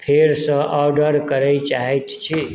फेरसँ ऑर्डर करय चाहैत छी